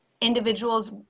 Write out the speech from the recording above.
individuals